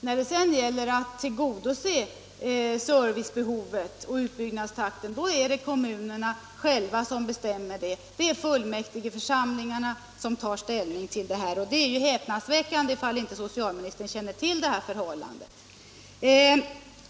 När det sedan gäller att tillgodose servicebehovet och upprätthålla utbyggnadstakten, då är det kommunerna själva som bestämmer. Det är då fullmäktigeförsamlingarna som tar ställning till detta, och det är ju häpnadsväckande om inte socialministern känner till detta förhållande.